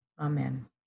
Amen